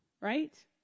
right